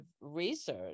research